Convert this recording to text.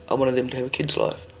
i wanted them to have a kid's life,